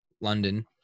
London